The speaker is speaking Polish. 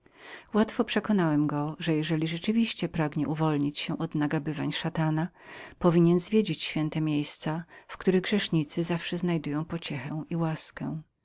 łatwo przekonałem go że jeżeli rzeczywiście pragnął uwolnić się od nagabań szatana powinien był zwiedzić święte miejsca w których grzesznicy zawsze znajdują pociechę i łaskę